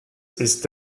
ist